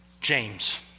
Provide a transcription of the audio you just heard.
James